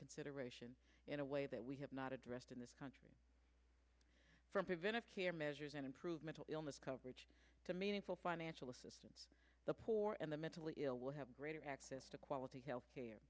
consideration in a way that we have not addressed in this country for preventive care measures and improve mental illness coverage to meaningful financial assistance the poor and the mentally ill will have greater access to quality health care